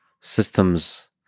systems